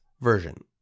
version